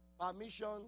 Permission